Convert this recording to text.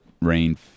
rain